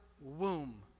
womb